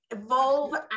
Evolve